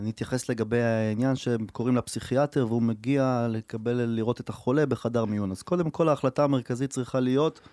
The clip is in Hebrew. אני אתייחס לגבי העניין שהם קוראים לפסיכיאטר והוא מגיע לקבל לראות את החולה בחדר מיון, אז קודם כל ההחלטה המרכזית צריכה להיות